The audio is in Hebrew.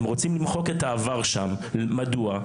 הם רוצים למחוק את העבר שם, מדוע?